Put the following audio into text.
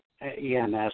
EMS